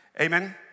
Amen